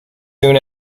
soon